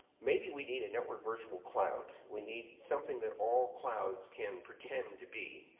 maybe we need a network virtual cloud. we need something that all clouds can pretend to be.